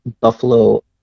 Buffalo